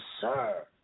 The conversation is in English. sir